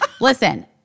Listen